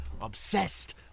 obsessed